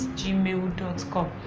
gmail.com